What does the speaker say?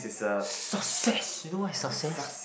success you know what is success